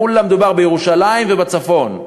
כולה מדובר בירושלים ובצפון,